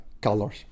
colors